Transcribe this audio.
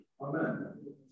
amen